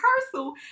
rehearsal